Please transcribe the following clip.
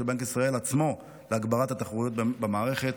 בנק ישראל עצמו להגברת התחרותיות במערכת.